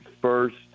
first